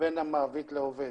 בין המעביד לעובד,